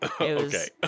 Okay